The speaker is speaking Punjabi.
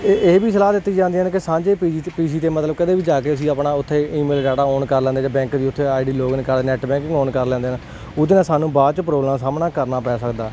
ਇਹ ਇਹ ਵੀ ਸਲਾਹਾਂ ਦਿੱਤੀ ਜਾਂਦੀਆਂ ਨੇ ਕਿ ਸਾਂਝੇ ਪੀਜੀ 'ਚ ਪੀਜੀ 'ਤੇ ਮਤਲਬ ਕਦੇ ਵੀ ਜਾ ਕੇ ਅਸੀਂ ਆਪਣਾ ਉੱਥੇ ਈਮੇਲ ਡਾਟਾ ਓਨ ਕਰ ਲੈਂਦੇ ਜਾਂ ਬੈਂਕ ਦੀ ਉੱਥੇ ਆਈਡੀ ਲੋਗਿਨ ਕਰਦੇ ਨੈਟ ਬੈਂਕਿੰਗ ਆਨ ਕਰ ਲੈਂਦੇ ਨੇ ਉਹਦੇ ਨਾਲ ਸਾਨੂੰ ਬਾਅਦ 'ਚ ਪ੍ਰੋਬਲਮਾਂ ਸਾਹਮਣਾ ਕਰਨਾ ਪੈ ਸਕਦਾ